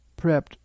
prepped